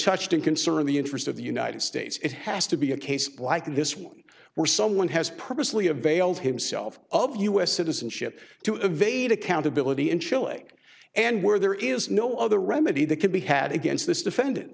touched and concerned the interest of the united states it has to be a case like this one where someone has previously availed himself of u s citizenship to evade accountability in chile and where there is no other remedy that can be had against this defendant